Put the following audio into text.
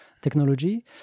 technology